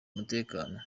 umutekano